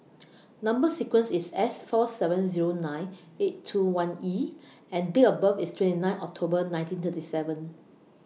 Number sequence IS S four seven Zero nine eight two one E and Date of birth IS twenty nine October nineteen thirty seven